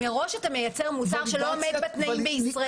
אם מראש אתה מייצר מוצר שלא עומד בתנאים בישראל.